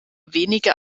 wenige